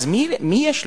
אז מי יש לו?